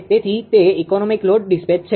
તેથી તે economic load dispatch છે